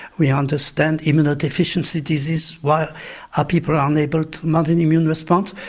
we understand immunodeficiency disease, why ah people are unable to mount an immune response,